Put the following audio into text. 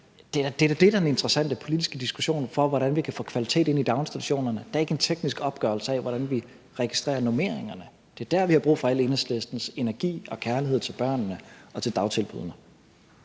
der er den interessante politiske diskussion, med hensyn til hvordan vi kan få kvalitet ind i daginstitutionerne, og ikke en teknisk opgørelse af, hvordan vi registrerer normeringerne. Det er der, vi har brug for al Enhedslistens energi og kærlighed til børnene og til dagtilbuddene.